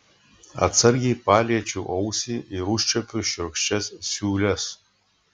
atsargiai paliečiu ausį ir užčiuopiu šiurkščias siūles